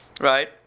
right